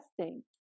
testing